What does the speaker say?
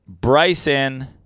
Bryson